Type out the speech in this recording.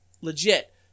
legit